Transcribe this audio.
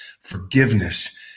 Forgiveness